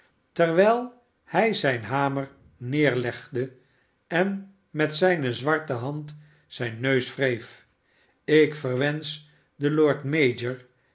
terwijl bij zijn hamer nederlegde en met zijne zwarte hand zijn neus wreef iik verwensch den lord mayor